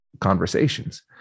conversations